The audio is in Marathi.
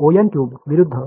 O विरुद्ध O